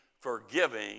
forgiving